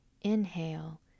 inhale